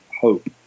Hope